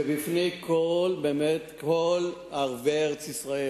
ובפני כל ערביי ארץ-ישראל.